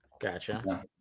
Gotcha